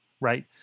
right